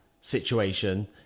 situation